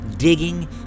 Digging